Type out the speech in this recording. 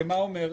שמה היא אומרת?